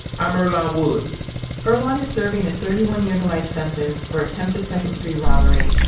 i'm earlonne woods earlonne is serving a thirty one year to life sentence for attempted second-degree robbery,